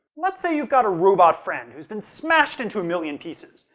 let's say you've got a robot friend who's been smashed into a million pieces.